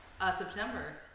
September